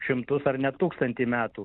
šimtus ar net tūkstantį metų